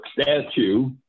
statue